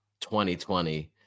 2020